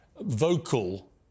vocal